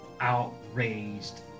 outraged